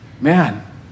man